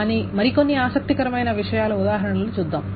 కానీ మరికొన్ని ఆసక్తికరమైన విషయాల ఉదాహరణలు చూద్దాం